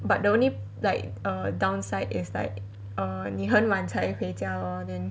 but the only like err downside is like err 你很晚才回家 lor then